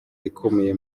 ikomeye